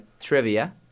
trivia